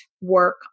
work